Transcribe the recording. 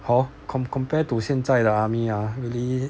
hor comp~ compared to 现在的 army ah really